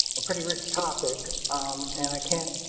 i'm pretty rich topic and i can't.